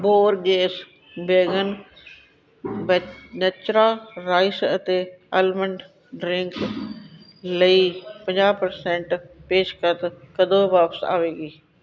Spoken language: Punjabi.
ਬੋਰਗੇਸ ਵੇਗਨ ਬੈ ਨੈਚੁਰਾ ਰਾਈਸ ਅਤੇ ਅਲਮੰਡ ਡਰਿੰਕ ਲਈ ਪੰਜਾਹ ਪ੍ਰਸੈਂਟ ਪੇਸ਼ਕਸ਼ ਕਦੋਂ ਵਾਪਸ ਆਵੇਗੀ